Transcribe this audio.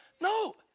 No